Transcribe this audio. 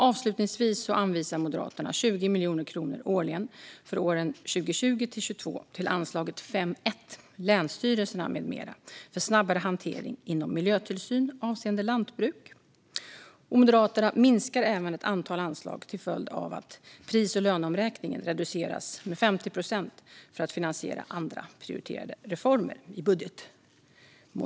Avslutningsvis anvisar Moderaterna 20 miljoner kronor årligen för åren 2020-2022 till anslaget 5:1 Länsstyrelserna m.m. för snabbare hantering inom miljötillsyn avseende lantbruk. Moderaterna minskar även ett antal anslag till följd av att pris och löneomräkningen reduceras med 50 procent för att finansiera andra prioriterade reformer i budgetmotionen.